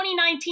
2019